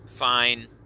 fine